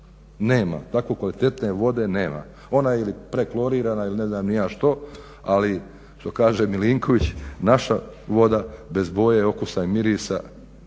Takve kvalitetne vode nema. Ona je ili preklorirana ili ne znam ni ja što ali što kaže Milinković naša voda bez boje, okusa i mirisa